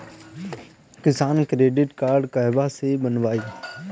किसान credit card कहवा से बनवाई?